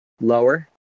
lower